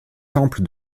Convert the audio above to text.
temple